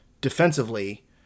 defensively